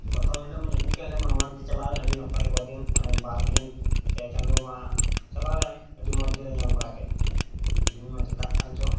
ᱯᱨᱚᱛᱚᱢ ᱦᱤᱞᱳᱜ ᱢᱟᱧ ᱟᱹᱜᱩᱠᱮᱫ ᱮᱱᱦᱤᱞᱟᱹᱜ ᱢᱟ ᱢᱚᱸᱡᱽᱜᱮ ᱪᱟᱞᱟᱣᱮᱱ ᱟᱹᱰᱤ ᱱᱟᱯᱟᱭ ᱠᱚᱫᱤᱱ ᱵᱟᱨᱫᱤᱱ ᱯᱮ ᱪᱟᱸᱫᱳ ᱢᱟ ᱪᱟᱞᱟᱣᱮᱱ ᱟᱹᱰᱤ ᱢᱚᱸᱡᱽ ᱜᱮᱞᱮ ᱧᱮᱞ ᱵᱟᱲᱟᱠᱮᱫ ᱛᱮᱹᱦᱮᱹᱧ ᱢᱟ ᱪᱤᱠᱟᱹᱜ ᱠᱟᱱᱪᱚ